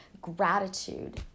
gratitude